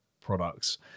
products